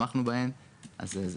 מציע שמה שאלעד אמר,